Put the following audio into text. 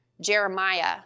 Jeremiah